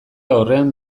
aurrean